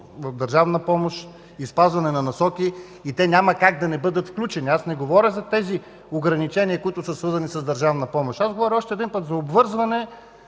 държавна помощ и спазване на тези Насоки. Те няма как да не бъдат включени. Аз не говоря за тези ограничения, които са свързани с държавна помощ. Аз говоря още един път за обвързване